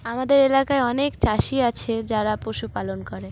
আমাদের এলাকায় অনেক চাষি আছে যারা পশুপালন করে